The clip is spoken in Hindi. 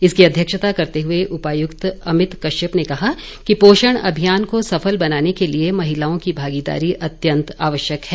इसकी अध्यक्षता करते हुए उपायुक्त अमित कश्यप ने कहा कि पोषण अभियान को सफल बनाने के लिए महिलाओं की भागीदारी अत्यंत आवश्यक है